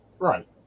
Right